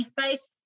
face